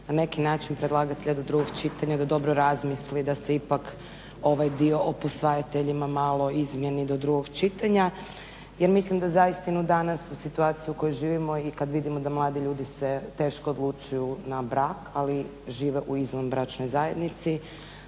na neki način predlagatelja do drugog čitanja da dobro razmisli da se ipak ovaj dio o posvajateljima malo izmijeni do drugog čitanja. Jer mislim da zaistinu danas u situaciji u kojoj živimo i kad vidimo da mladi ljudi se teško odlučuju na brak, ali žive u izvanbračnoj zajednici,